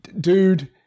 Dude